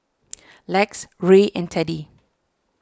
Lex Ray and Teddy